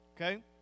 Okay